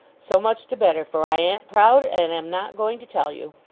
so much the better, for i an't proud and am not going to tell you